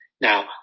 Now